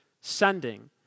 sending